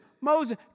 Moses